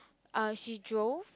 uh she drove